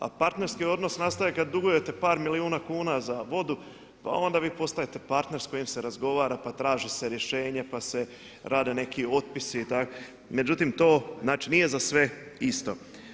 A partnerski odnos nastaje kada dugujete par milijuna kuna za vodu, pa onda vi postajete partner s kojim se razgovara, pa traži se rješenje, pa se rade neki otpisi, međutim to nije za sve isto.